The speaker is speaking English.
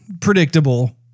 predictable